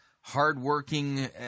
hardworking